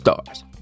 stars